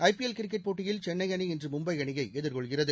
ஐ P L cricket போட்டியில் சென்னை அணி இன்று மும்பை அணியை எதிர்கொள்கிறது